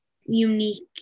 unique